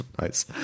nice